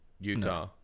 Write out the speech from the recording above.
Utah